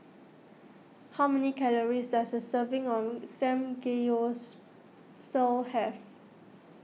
how many calories does a serving of Samgeyopsal have